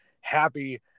happy